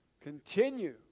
Continue